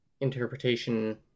interpretation